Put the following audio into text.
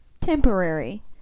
temporary